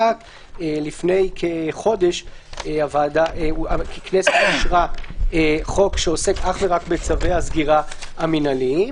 לפני כחודש הכנסת אישרה את החוק שעוסק אך ורק בצווי הסגירה המינהליים,